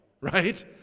right